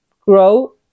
grow